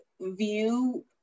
view